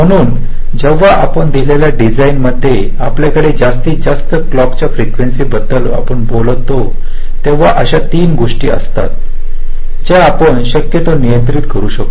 म्हणून जेव्हा आपण दिलेल्या डिझाईन मध्ये आपल्याकडे जास्तीत जास्त क्लॉक च्या फ्रेकेंसी बद्दल आपण बोलतो तेव्हा अशा 3 गोष्टी असतात ज्या आपण शक्यतो नियंत्रित करू शकतो